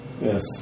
Yes